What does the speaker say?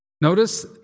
Notice